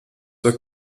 zur